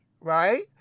Right